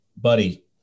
Buddy